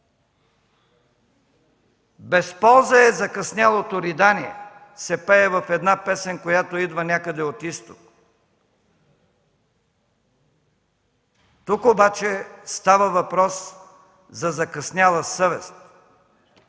„Без полза е закъснялото ридание” – се пее в една песен, която идва някъде от Изток. Тук обаче става въпрос за закъсняла